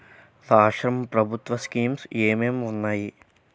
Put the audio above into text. రాష్ట్రం ప్రభుత్వ స్కీమ్స్ ఎం ఎం ఉన్నాయి?